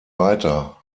weiter